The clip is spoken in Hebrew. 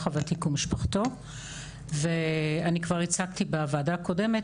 הוותיק ומשפחתו ואני כבר הצגתי בוועדה הקודמת,